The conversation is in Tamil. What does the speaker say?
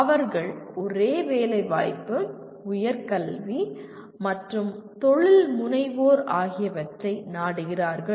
அவர்கள் ஒரே வேலை வாய்ப்பு உயர் கல்வி மற்றும் தொழில் முனைவோர் ஆகியவற்றை நாடுகிறார்கள்